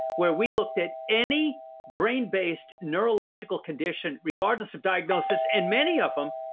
where we looked at any brain based neurological condition regardless of diagnosis. and many of them,